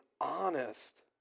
honest